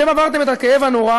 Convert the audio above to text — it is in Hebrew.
אתם עברתם את הכאב הנורא